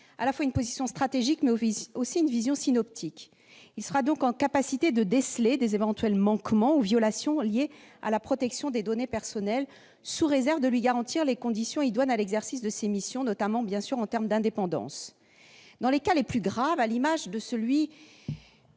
occupera une position stratégique et aura une vision synoptique. Il sera donc en mesure de déceler d'éventuels manquements ou violations liés à la protection des données personnelles, sous réserve que lui soient garanties des conditions idoines à l'exercice de ses missions, notamment, bien sûr, en termes d'indépendance. Dans les cas les plus graves- songeons aux